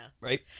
Right